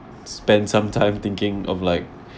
spend some time thinking of like